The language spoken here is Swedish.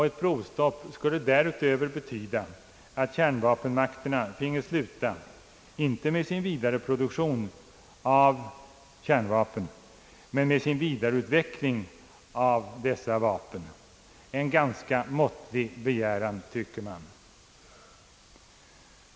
Ett provstopp skulle därutöver betyda, att kärnvapenmakterna finge sluta — inte med sin vidareproduktion av kärnvapen — utan med sin vidareutveckling av kärnvapen, en ganska måttlig begäran, tycker man.